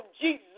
Jesus